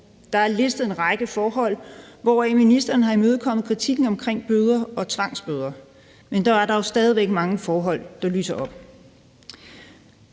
Der er listet en række forhold op, hvoraf ministeren har imødekommet kritikken omkring bøder og tvangsbøder. Men der er dog stadig væk mange forhold, der gør sig